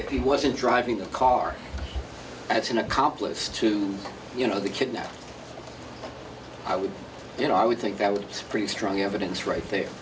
if he wasn't driving a car as an accomplice to you know the kidnap i would you know i would think that was pretty strong evidence right there